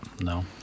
no